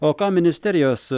o ką ministerijos